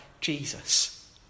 Jesus